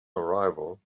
arrival